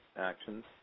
actions